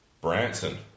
Branson